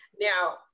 now